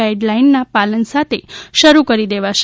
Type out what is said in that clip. ગાઇડલાઇનના પાલન સાથે શરૂ કરી દેવાશે